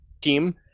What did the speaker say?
team